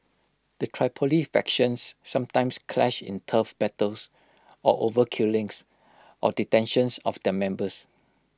the Tripoli factions sometimes clash in turf battles or over killings or detentions of their members